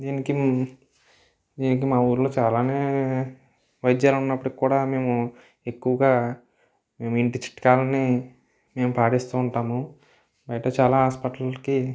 దీనికి దీనికి మా ఊళ్ళో చాలా వైద్యాలు ఉన్నప్పటికి కూడా మేము ఎక్కువగా మేము ఇంటి చిట్కాలని మేము పాటిస్తు ఉంటాము బయట చాలా హాస్పిటల్స్కి